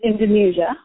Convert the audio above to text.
Indonesia